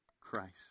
Christ